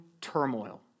turmoil